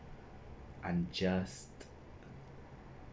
unjust